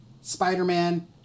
Spider-Man